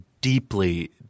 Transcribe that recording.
deeply